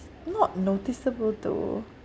not noticeable though